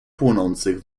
płonących